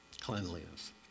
Cleanliness